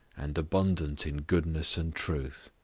and abundant in goodness and truth,